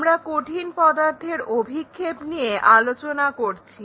আমরা কঠিন পদার্থের অভিক্ষেপ Projection of Solids নিয়ে আলোচনা করছি